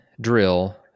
drill